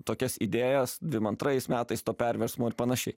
tokias idėjas dvim antrais metais to perversmo ir panašiai